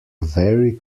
vary